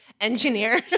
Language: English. Engineer